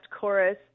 chorus